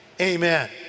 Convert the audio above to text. Amen